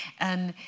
and